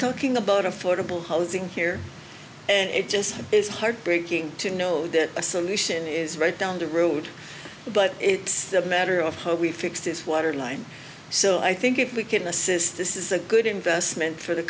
talking about affordable housing here and it just is heartbreaking to know that a solution is right down the road but it's a matter of how we fix this water line so i think if we can assist this is a good investment for the